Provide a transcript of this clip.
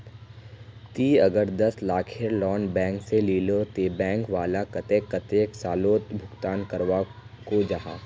ती अगर दस लाखेर लोन बैंक से लिलो ते बैंक वाला कतेक कतेला सालोत भुगतान करवा को जाहा?